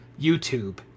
YouTube